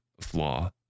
flaw